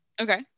okay